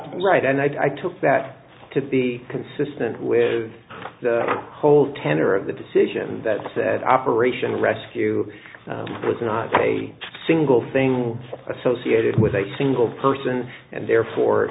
right and i took that to be consistent with the whole tenor of the decision that said operation rescue was not a single thing associated with a single person and therefore